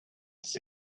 his